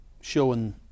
showing